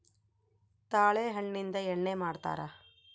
ತಾಳೆ ಹಣ್ಣಿಂದ ಎಣ್ಣೆ ಮಾಡ್ತರಾ